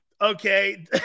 Okay